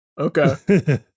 Okay